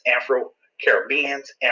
Afro-Caribbeans